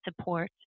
support